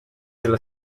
della